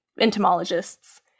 entomologists